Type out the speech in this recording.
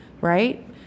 Right